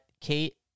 Kate